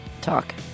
talk